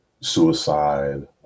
suicide